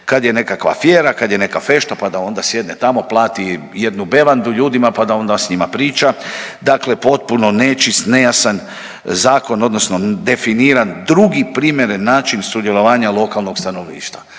kad je nekakva fijera, kad je neka fešta pa da onda sjedne tamo, plati jednu bevandu ljudima pa da onda sa njima priča. Dakle, potpuno nečist, nejasan zakon odnosno definiran drugi primjeren način sudjelovanja lokalnog stanovništva.